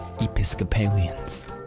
Episcopalians